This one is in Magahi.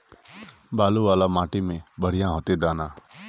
बालू वाला माटी में बढ़िया होते दाना?